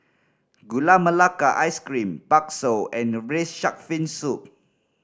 Gula Melaka Ice Cream bakso and Braised Shark Fin Soup